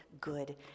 good